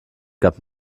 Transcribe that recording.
gab